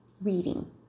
reading